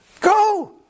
go